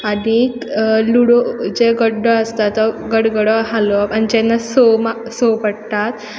आनीक लुडो जे गड्डो आसता तो गडगडो हालोवप आनी जेन्ना स स पडटात